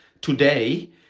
Today